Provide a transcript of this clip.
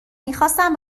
میخواستم